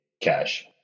cash